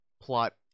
plot